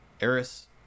Eris